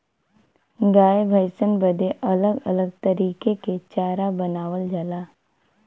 गाय भैसन बदे अलग अलग तरीके के चारा बनावल जाला